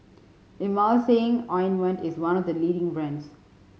Emulsying Ointment is one of the leading brands